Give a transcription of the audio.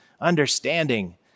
understanding